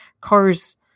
cars